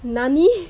nani